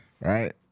Right